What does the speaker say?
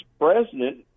president